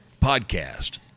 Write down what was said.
podcast